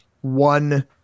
one